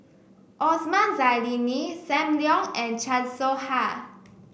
Osman Zailani Sam Leong and Chan Soh Ha